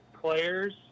players